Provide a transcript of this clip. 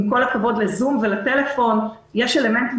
עם כל הכבוד לזום ולטלפון יש אלמנטים